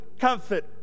comfort